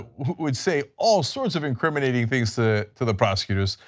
would say all sorts of incriminating things to to the prosecutors,